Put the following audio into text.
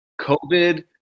COVID